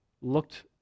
looked